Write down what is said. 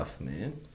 man